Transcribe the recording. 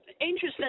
Interesting